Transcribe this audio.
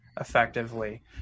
effectively